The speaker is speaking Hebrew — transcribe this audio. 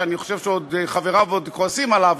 שאני חושב שחבריו עוד כועסים עליו,